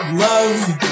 love